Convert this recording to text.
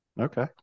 Okay